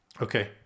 Okay